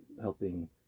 helping